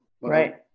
Right